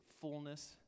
fullness